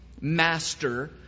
master